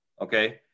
Okay